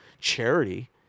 charity